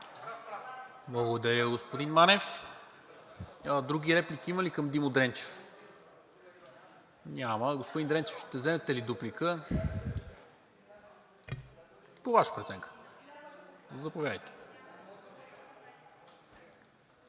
Благодаря, господин Манев. Други реплики има ли към Димо Дренчев? Няма. Господин Дренчев, ще вземете ли дуплика? По Ваша преценка, заповядайте.